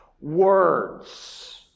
words